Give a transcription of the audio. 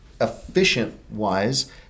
efficient-wise